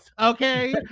Okay